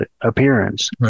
appearance